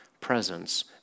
presence